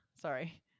Sorry